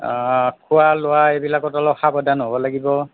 খোৱা লোৱা এইবিলাকত অলপ সাৱধান হ'ব লাগিব